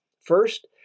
First